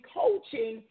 coaching